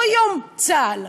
לא יום צה"ל,